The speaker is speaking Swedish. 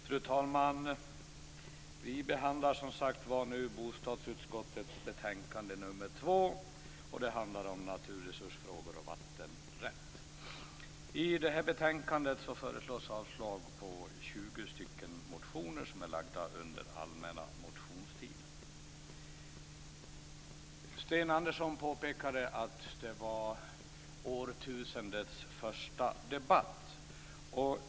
Fru talman! Vi behandlar, som sagt, bostadsutskottets betänkande nr 2 som handlar om naturresursfrågor och vattenrätt. I betänkandet föreslås avslag på Sten Andersson påpekade att det är årtusendets första debatt.